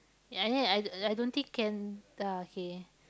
ya and then I I don't think can ah K